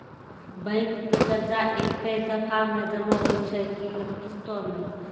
Bank के कर्जा ऐकै दफ़ा मे जमा होय छै कि किस्तो मे?